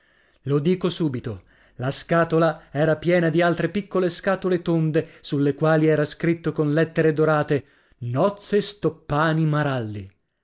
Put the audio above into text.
lo dico subito la scatola era piena di altre piccole scatole tonde sulle quali era scritto con lettere dorate nozze stoppani maralli